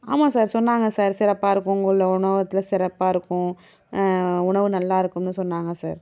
ஆமாம் சார் சொன்னாங்க சார் சிறப்பாக இருக்கும்னு உங்கள் உணவகத்தில் சிறப்பாக இருக்கும் உணவு நல்லாயிருக்குன்னு சொன்னாங்க சார்